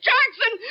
Jackson